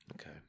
Okay